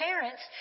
parents